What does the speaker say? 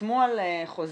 חתמו על חוזים?